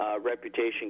reputation